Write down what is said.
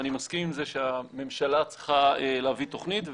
ואני מסכים עם זה שהממשלה צריכה להביא תוכנית.